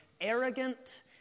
arrogant